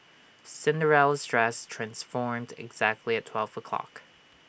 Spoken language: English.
Cinderella's dress transformed exactly at twelve o'clock